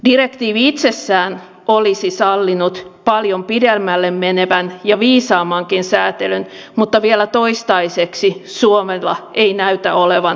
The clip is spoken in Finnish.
direktiivi itsessään olisi sallinut paljon pidemmälle menevän ja viisaammankin sääntelyn mutta vielä toistaiseksi suomella ei näytä olevan rohkeutta siihen